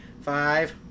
five